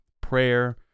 prayer